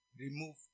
remove